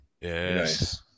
Yes